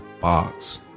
box